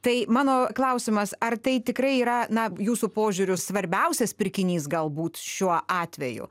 tai mano klausimas ar tai tikrai yra na jūsų požiūriu svarbiausias pirkinys galbūt šiuo atveju